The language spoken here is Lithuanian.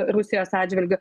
rusijos atžvilgiu